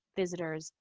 visitors,